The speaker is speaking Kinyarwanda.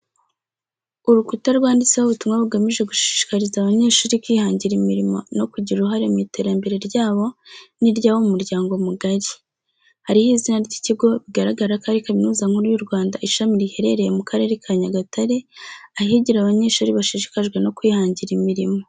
Urukuta rwanditseho ubutumwa bugamije gushishikariza abanyeshuri kwihangira imirimo no kugira uruhare mu iterambere ryabo n'iry'abo mu muryango mugari. Hariho izina ry'ikigo bigaragara ko ari kaminuza nkuru y'Urwanda ishami riherereye mu karere ka nyagatare ahigira abanyeshuri bashishikajwe no kwihangira imirimo.